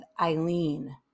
Eileen